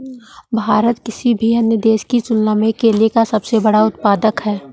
भारत किसी भी अन्य देश की तुलना में केले का सबसे बड़ा उत्पादक है